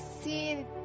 see